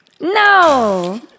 No